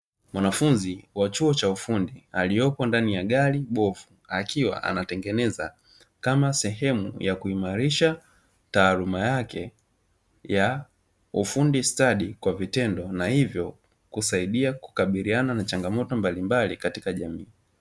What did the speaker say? Mwanafunzi wa chuo cha ufundi aliepo ndani ya gari bovu akiwa anatengeneza kama sehemu ya kuimarisha taaluma yake ya ufundi stadi kwa vitendo, na hivyo kusaidi kukabiliana na changamoto mbalimbali katika jamii.